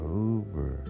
over